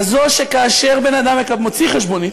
כזו שכאשר בן-אדם מוציא חשבונית,